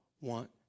want